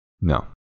No